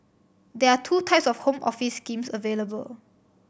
there are two types of Home Office schemes available